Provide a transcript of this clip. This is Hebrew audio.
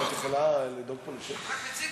עזוב